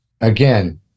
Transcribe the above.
Again